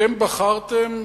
אתם בחרתם,